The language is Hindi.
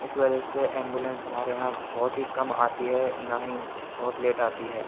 इस वजह से एम्बुलेंस हमारे यहाँ बहुत ही कम आती है ना ही बहुत लेट आती है